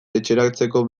etxeratzeko